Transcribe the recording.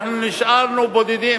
אנחנו נשארנו בודדים,